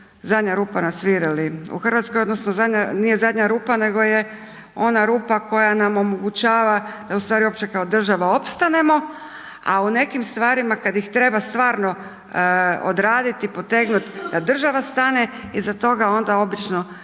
U RH odnosno zadnja, nije zadnja rupa, nego je ona rupa koja nam omogućava da ustvari uopće kao država opstanemo, a u nekim stvarima kad ih treba stvarno odradit i potegnut da država stane iza toga, onda obično se